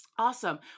Awesome